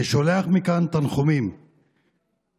אני שולח מכאן תנחומים לבנו,